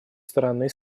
стороны